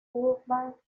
burbank